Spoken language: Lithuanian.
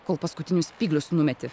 kol paskutinius spyglius numeti